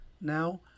now